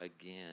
again